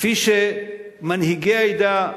כפי שמנהיגי העדה,